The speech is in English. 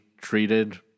treated